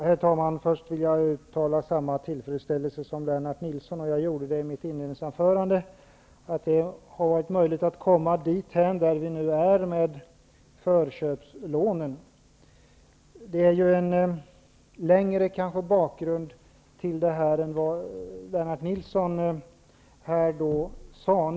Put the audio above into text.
Herr talman! Först vill jag uttala samma tillfredsställelse som Lennart Nilsson över att det har varit möjligt att komma dithän där vi nu är med förköpslånen. Frågan sträcker sig kanske längre tillbaka i tiden än vad Lennart Nilsson tänkte sig.